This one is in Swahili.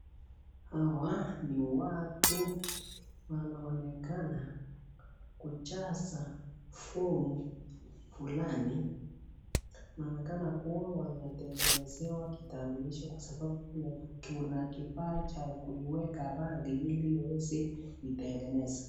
Hawa ni watu wanaonekana kujaza fomu fulani, inaonekana kuwa wantengenezwa kitambulisho kwa maana kuna kifaa wanaweka rangi ilk iweze kutengeneza.